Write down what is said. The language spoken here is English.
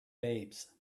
babes